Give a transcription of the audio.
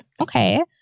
Okay